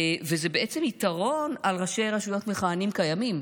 וזה יתרון על ראשי רשויות מכהנים קיימים.